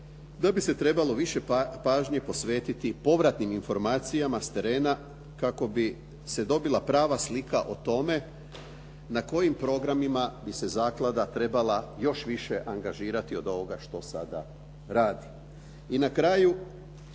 da bi se trebalo više pažnje posvetiti povratnim informacijama s terena kako bi se dobila prava slika o tome na kojim programima bi se zaklada trebala još više angažirati od ovoga što sada radi. I na kraju